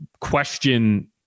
question